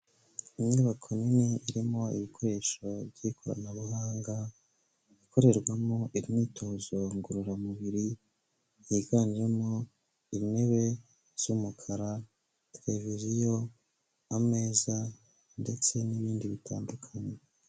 Inyubako nini irimo ibikoresho by'ikoranabuhanga, ikorerwamo imyitozo ngororamubiri, yiganjemo intebe z'umukara, televiziyo, ameza ndetse n'ibindi bitandukanye.